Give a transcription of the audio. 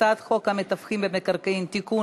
הצעת חוק המתווכים במקרקעין (תיקון,